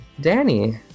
Danny